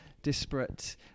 Disparate